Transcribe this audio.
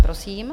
Prosím.